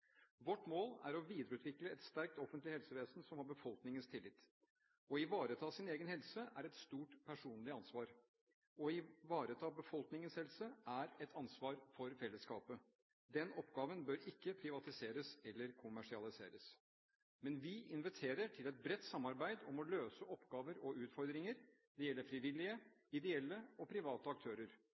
Vårt mål er å videreutvikle et sterkt offentlig helsevesen som har befolkningens tillit. Å ivareta sin egen helse er et stort personlig ansvar. Å ivareta befolkningens helse er et ansvar for fellesskapet. Den oppgaven bør ikke privatiseres eller kommersialiseres. Men vi inviterer til et bredt samarbeid om å løse oppgaver og utfordringer. Det gjelder frivillige, ideelle og private aktører.